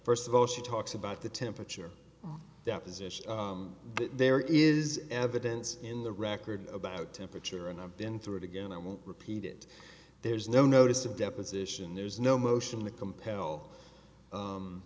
first of all she talks about the temperature deposition there is evidence in the record about temperature and i've been through it again i won't repeat it there's no notice of deposition there's no motion to compel